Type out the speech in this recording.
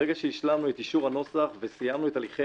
ברגע שהשלמנו את אישור הנוסח וסיימנו את הליכי